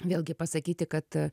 vėlgi pasakyti kad